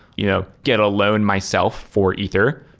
you know get a loan myself for ether.